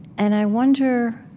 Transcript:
and i wonder,